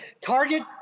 Target